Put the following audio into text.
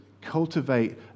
cultivate